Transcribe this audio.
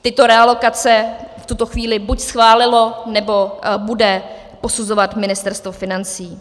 Tyto realokace v tuto chvíli buď schválilo, nebo bude posuzovat Ministerstvo financí.